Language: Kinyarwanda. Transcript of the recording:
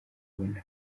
abona